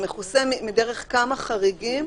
זה מכוסה דרך כמה חריגים,